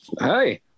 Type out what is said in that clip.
hi